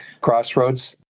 crossroads